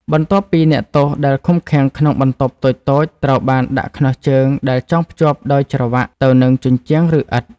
បន្ទាប់មកអ្នកទោសដែលឃុំឃាំងក្នុងបន្ទប់តូចៗត្រូវបានដាក់ខ្នោះជើងដែលចងភ្ជាប់ដោយច្រវាក់ទៅនឹងជញ្ជាំង ឬឥដ្ឋ។